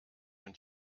und